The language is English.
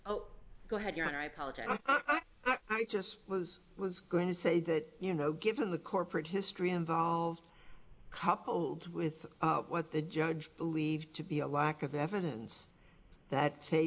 oh go ahead you're on i apologize i just was was going to say that you know given the corporate history involved coupled with what the judge believed to be a lack of evidence that